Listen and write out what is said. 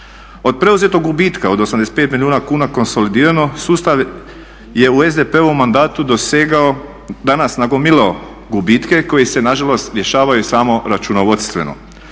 Od preuzetog gubitka od 85 milijuna kuna konsolidirano sustav je SDP-ovom mandatu dosegao, danas nagomilao gubitke koji se na žalost rješavaju samo računovodstveno.